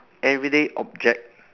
everyday object